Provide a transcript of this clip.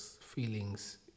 feelings